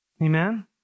Amen